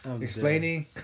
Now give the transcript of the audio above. explaining